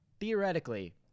Theoretically